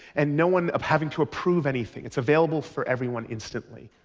and no one of having to approve anything. it's available for everyone instantly.